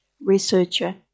researcher